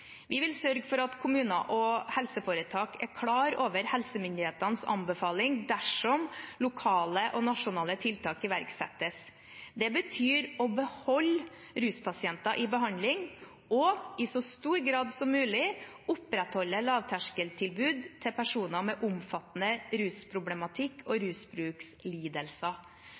Vi vil sørge for at kommuner og helseforetak er klar over helsemyndighetenes anbefaling dersom lokale og nasjonale tiltak iverksettes. Det betyr å beholde ruspasienter i behandling og i så stor grad som mulig opprettholde lavterskeltilbud til personer med omfattende rusproblematikk og rusbrukslidelser.